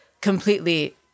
completely